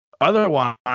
Otherwise